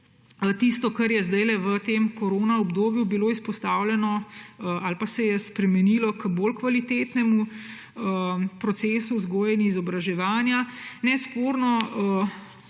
tisto, kar je bilo v tem koronaobdobju izpostavljeno ali pa se je spremenilo h kvalitetnejšemu procesu vzgoje in izobraževanja. Nesporno